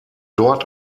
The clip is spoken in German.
dort